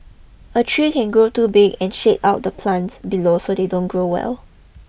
a tree can grow too big and shade out the plants below so they don't grow well